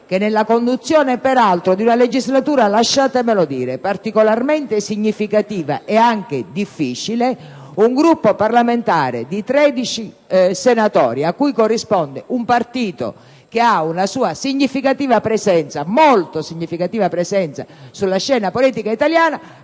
che nella conduzione di una legislatura - lasciatemelo dire - particolarmente significativa ed anche difficile, un Gruppo parlamentare di 13 senatori, cui corrisponde un partito con una presenza molto significativa sulla scena politica italiana,